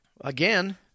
again